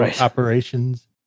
operations